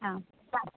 आं सांग